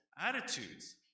attitudes